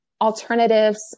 alternatives